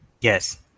Yes